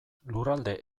lurralde